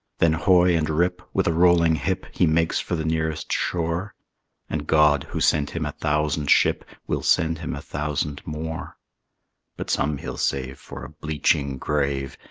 then hoy and rip, with a rolling hip, he makes for the nearest shore and god, who sent him a thousand ship, will send him a thousand more but some he'll save for a bleaching grave,